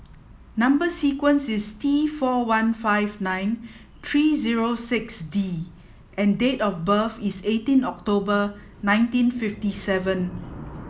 number sequence is T four one five nine three zero six D and date of birth is eighteen October nineteen fifty seven